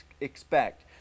expect